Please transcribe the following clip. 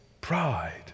pride